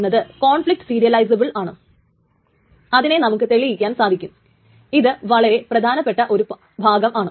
അപ്പോൾ ആ ഒരു ട്രാൻസാക്ഷന്റെ ടൈംസ്റ്റാമ്പ് ആണ് T എന്ന ട്രാൻസാക്ഷന്റെ ടൈം സ്റ്റാമ്പിനേക്കാളും വലുത്